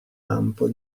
lampo